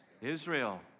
Israel